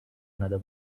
another